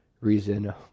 reason